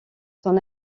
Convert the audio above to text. son